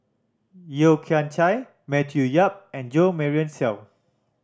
Yeo Kian Chai Matthew Yap and Jo Marion Seow